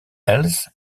els